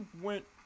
went